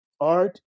art